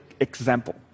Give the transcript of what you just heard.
example